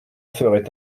ferait